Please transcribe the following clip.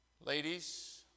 Ladies